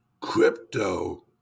crypto